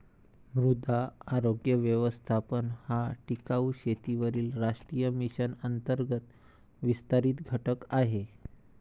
मृदा आरोग्य व्यवस्थापन हा टिकाऊ शेतीवरील राष्ट्रीय मिशन अंतर्गत विस्तारित घटक आहे